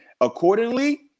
accordingly